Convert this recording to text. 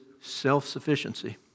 self-sufficiency